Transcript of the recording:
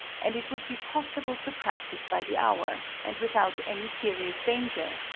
and it would be possible to practice by the hour, and without any serious danger,